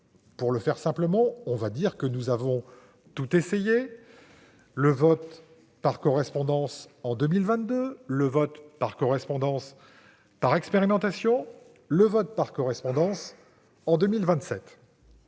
pour le dire simplement, nous avons tout essayé : le vote par correspondance en 2022, le vote par correspondance par expérimentation, le vote par correspondance en 2027